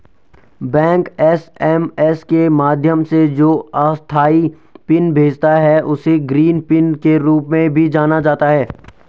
bank SMS के माध्यम से जो अस्थायी पिन भेजता है, उसे ग्रीन पिन के रूप में भी जाना जाता है